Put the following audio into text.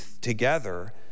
together